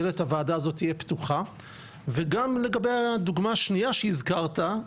דלת הוועדה הזאת תהיה פתוחה וגם לגבי הדוגמה השניה שהזכרת,